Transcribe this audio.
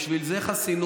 בשביל זה חסינות